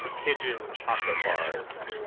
pigeon chocolate bars,